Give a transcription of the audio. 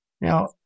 Now